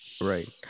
Right